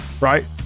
right